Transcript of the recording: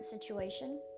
situation